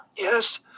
Yes